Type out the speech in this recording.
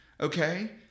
okay